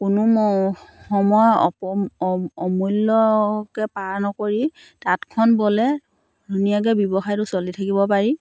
কোনো ম সময় অপ অ অমূল্যকৈ পাৰ নকৰি তাঁতখন ব'লে ধুনীয়াকৈ ব্যৱসায়টো চলি থাকিব পাৰি